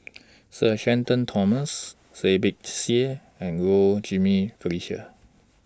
Sir Shenton Thomas Seah Peck Seah and Low Jimenez Felicia